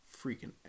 freaking